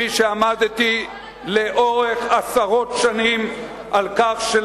כפי שעמדתי לאורך עשרות שנים על כך,